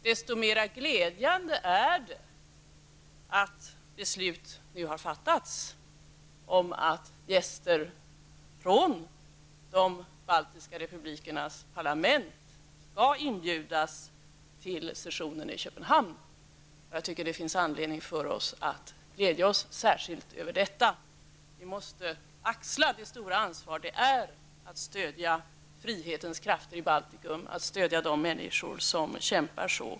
Desto mer glädjande är det att beslut nu har fattats om att gäster från de baltiska republikernas parlament skall inbjudas till sessionen i Köpenhamn. Jag anser att det finns anledning för oss att glädja oss särskilt över detta. Vi måste axla det stora ansvar det innebär att stödja frihetens krafter i Baltikum och de människor som kämpar.